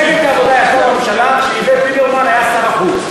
מפלגת העבודה הייתה בממשלה ואיווט ליברמן היה שר החוץ,